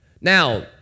Now